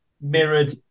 mirrored